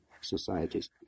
societies